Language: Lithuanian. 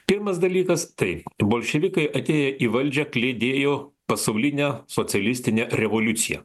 pirmas dalykas tai bolševikai atėję į valdžią klėdėjo pasauline socialistine revoliucija